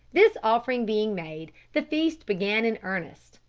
this offering being made, the feast began in earnest.